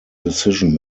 decision